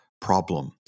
problem